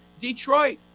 Detroit